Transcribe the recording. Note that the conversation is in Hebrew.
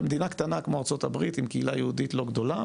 במדינה קטנה כמו ארצות הברית עם קהילה יהודית לא גדולה,